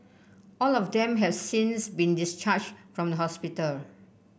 all of them have since been discharged from the hospital